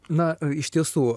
na iš tiesų